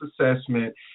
assessment